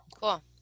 Cool